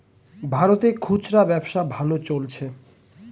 ভারতে খুচরা ব্যবসা ভালো চলছে